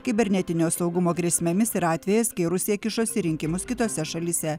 kibernetinio saugumo grėsmėmis ir atvejais kai rusija kišosi į rinkimus kitose šalyse